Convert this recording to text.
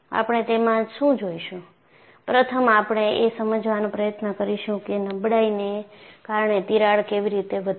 આપણે તેમાં શું જોઈશું પ્રથમ આપણે એ સમજવાનો પ્રયત્ન કરીશું કે નબળાઈને કારણે તિરાડ કેવી રીતે વધે છે